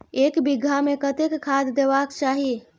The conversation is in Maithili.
एक बिघा में कतेक खाघ देबाक चाही?